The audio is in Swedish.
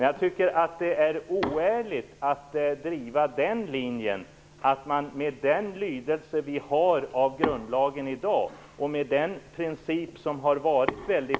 Jag tycker att det är oärligt att driva linjen att man med den lydelse vi har i grundlagen i dag och med den princip som har varit väldigt...